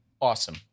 Awesome